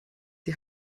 die